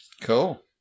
Cool